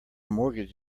mortgage